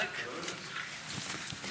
אני רוצה לברך אותך על היוזמה להנהיג את היום הזה,